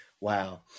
Wow